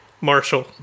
Marshall